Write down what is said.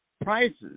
prices